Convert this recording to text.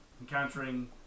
encountering